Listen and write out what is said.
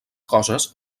coses